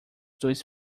dois